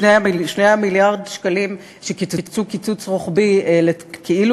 2 מיליארד השקלים שקיצצו קיצוץ רוחבי כאילו